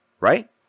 Right